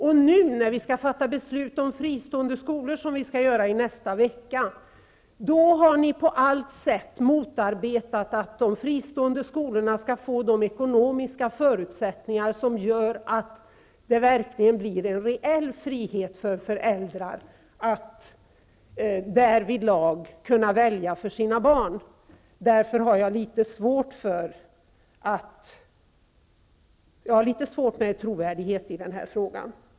Och nu när vi i nästa vecka skall fatta beslut om fristående skolor har Socialdemokraterna på allt sätt motarbetat att de fristående skolorna skall få de ekonomiska förutsättningar som gör att det verkligen blir en reell frihet för föräldrar att därvidlag kunna välja för sina barn. Jag har därför litet svårt med er trovärdighet i den här frågan.